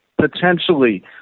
potentially